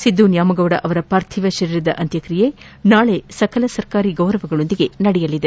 ಸಿದ್ದು ನ್ಯಾಮಗೌಡ ಅವರ ಪಾರ್ಥಿವ ಶರೀರದ ಅಂತ್ಯಕ್ರಿಯೆ ನಾಳೆ ಸಕಲ ಸರ್ಕಾರಿ ಗೌರವಗಳೊಂದಿಗೆ ನಡೆಯಲಿದೆ